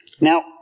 Now